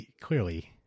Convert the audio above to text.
Clearly